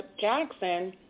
Jackson